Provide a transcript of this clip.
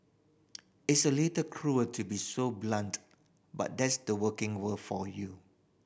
it's a little cruel to be so blunt but that's the working world for you